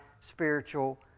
spiritual